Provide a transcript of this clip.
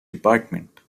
department